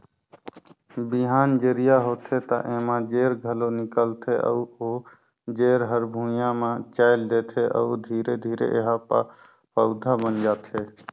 बिहान जरिया होथे त एमा जेर घलो निकलथे अउ ओ जेर हर भुइंया म चयेल देथे अउ धीरे धीरे एहा प पउधा बन जाथे